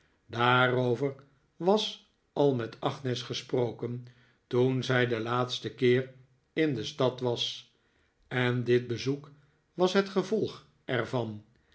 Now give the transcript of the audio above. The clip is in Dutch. daarover was al met agnes gesproken toen zij den laatsten keer in de stad was en dit bezoek was het gevolg er